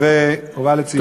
ובא לציון גואל.